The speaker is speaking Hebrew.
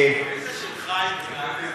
איזה "של חיים כץ".